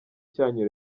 cyanyu